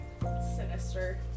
Sinister